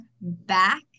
back